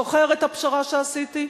זוכר את הפשרה שעשיתי אתך,